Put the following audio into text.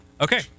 Okay